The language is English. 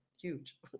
huge